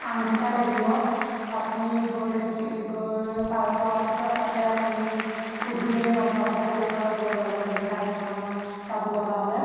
আঠ ঘণ্টাই লাগিব আপুনি গৈ থাকি গৈ পোৱাৰ পিছত তাতে আপুনি সুধিলেই গম পাব ক'ৰ পৰা ক'লৈ যাব লাগে কাজিৰঙাৰ চাব লগা হ'লে